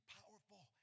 powerful